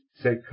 say